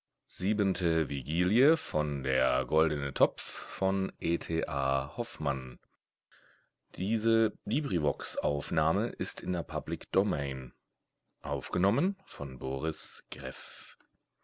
ii der goldne topf